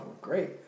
great